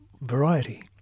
variety